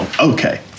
okay